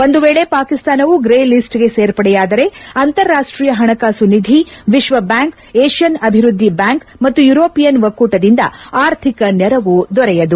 ಒಂದು ವೇಳೆ ಪಾಕಿಸ್ತಾನವು ಗ್ರೇ ಲಿಸ್ಟ್ ಗೆ ಸೇರ್ಪಡೆಯಾದರೆ ಅಂತಾರಾಷ್ಷೀಯ ಹಣಕಾಸು ನಿಧಿ ವಿಕ್ವ ಬ್ಬಾಂಕ್ ಏಷ್ಣನ್ ಅಭಿವೃದ್ದಿ ಬ್ಯಾಂಕ್ ಮತ್ತು ಯೂರೋಪಿಯನ್ ಒಕ್ಕೂಟದಿಂದ ಆರ್ಥಿಕ ನೆರವು ದೊರೆಯದು